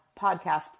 podcast